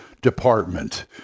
department